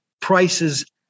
prices